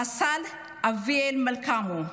רס"ל אביאל מלקמו,